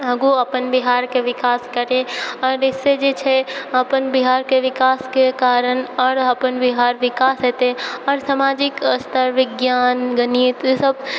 आगू अपन बिहारके विकास करै आओर अइसँ जे छै अपन बिहारके विकासके कार्य आओर अपन बिहारके विकास हेतै आओर समाजिक स्तर विज्ञान गणित ई सबके